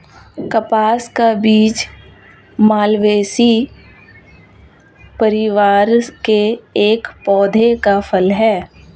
कपास का बीज मालवेसी परिवार के एक पौधे का फल है